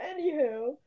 Anywho